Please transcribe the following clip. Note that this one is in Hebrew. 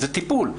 טיפול.